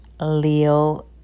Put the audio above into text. Leo